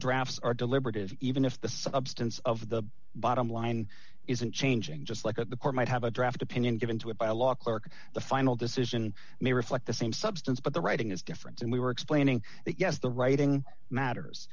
drafts are deliberative even if the substance of the bottom line isn't changing just like what the court might have a draft opinion given to it by a law clerk the final decision may reflect the same substance but the writing is different and we were explaining that yes the writing matters